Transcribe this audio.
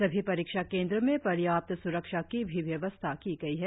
सभी परीक्षा केंद्रों में पर्याप्त स्रक्षा की भी व्यवस्था की गई है